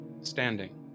standing